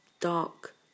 dark